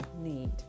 need